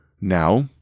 Now